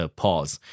pause